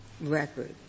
record